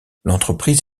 l’entreprise